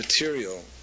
material